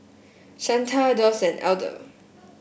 Shanta Doss and Elder